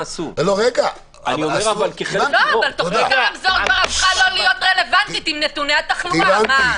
אבל תוכנית הרמזור הפכה לא רלוונטית עם נתוני התחלואה.